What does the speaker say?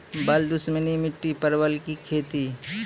बल दुश्मनी मिट्टी परवल की खेती?